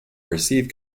receive